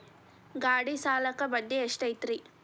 ಗಾಡಿ ಸಾಲಕ್ಕ ಬಡ್ಡಿ ಎಷ್ಟೈತ್ರಿ?